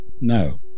no